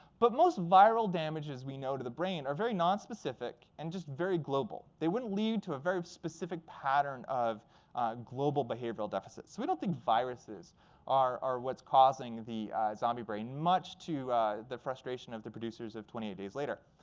but most viral damages we know to the brain are very nonspecific and just very global. they wouldn't lead to a very specific pattern of a global behavioral deficit. so we don't think viruses are are what's causing the zombie brain, much to the frustration of the producers of twenty eight days later.